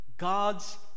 god's